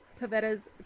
Pavetta's